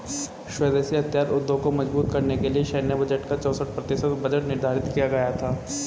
स्वदेशी हथियार उद्योग को मजबूत करने के लिए सैन्य बजट का चौसठ प्रतिशत बजट निर्धारित किया गया था